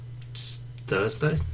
Thursday